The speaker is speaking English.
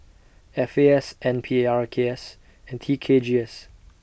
F A S N P A R K S and T K G S